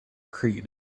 creed